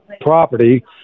property